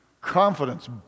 confidence